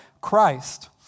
Christ